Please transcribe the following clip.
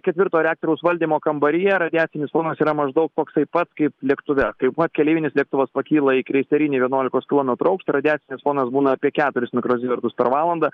ketvirto reaktoriaus valdymo kambaryje radiacinis fonas yra maždaug toksai pat kaip lėktuve taip pat keleivinis lėktuvas pakyla į kriserinį vienuolikos kilometrų aukštį radiacinis fonas būna apie keturis mikrozivertus per valandą